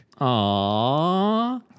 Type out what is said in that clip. Aww